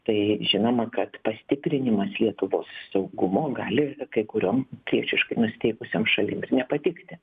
tai žinoma kad pastiprinimas lietuvos saugumo gali kai kuriom priešiškai nusiteikusiom šalim ir nepatikti